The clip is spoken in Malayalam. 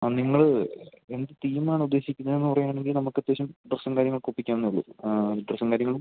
ആ നിങ്ങള് എന്ത് തീമാണ് ഉദ്ദേശിക്കുന്നതെന്ന് പറയുകയാണെങ്കില് നമുക്ക് അത്യാവശ്യം ഡ്രസ്സും കാര്യങ്ങളുമൊക്കെ ഒപ്പിക്കാവുന്നതേയുള്ളൂ ഡ്രെസ്സും കാര്യങ്ങളും